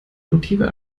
motive